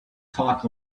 talk